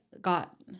got